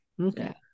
okay